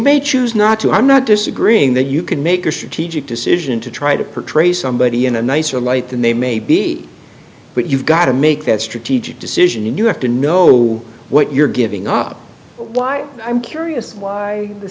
may choose not to i'm not disagreeing that you can make a strategic decision to try to portray somebody in a nicer light than they may be but you've got to make that strategic decision in you have to know what you're giving up why i'm curious why the